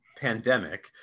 pandemic